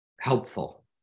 helpful